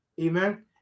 Amen